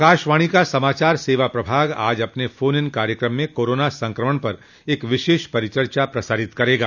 आकाशवाणी का समाचार सेवा प्रभाग आज अपने फोन इन कार्यक्रम में कोरोना संक्रमण पर एक विशेष परिचर्चा प्रसारित करेगा